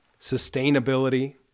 sustainability